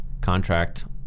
contract